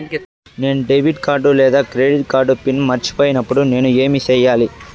నేను debit card లేదా credit card pin మర్చిపోయినప్పుడు నేను ఏమి సెయ్యాలి?